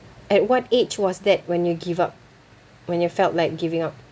at what age was that when you give up when you felt like giving up